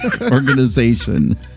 Organization